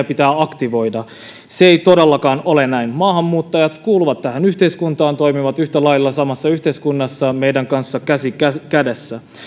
pitää aktivoida se ei todellakaan ole näin maahanmuuttajat kuuluvat tähän yhteiskuntaan toimivat yhtä lailla samassa yhteiskunnassa meidän kanssamme käsi käsi kädessä